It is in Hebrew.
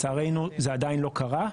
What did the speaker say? לצערנו זה עדיין לא קרה.